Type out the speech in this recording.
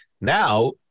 now